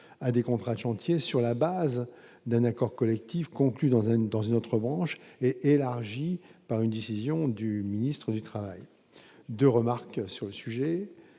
à des contrats chantier sur la base d'un accord collectif conclu dans un dans une autre branche et élargie par une décision du ministre du Travail de remarques sur le sujet,